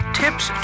tips